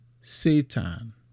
Satan